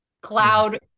cloud